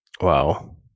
Wow